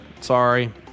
sorry